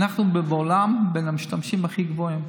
בעולם אנחנו בין המשתמשים הכי גבוהים.